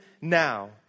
now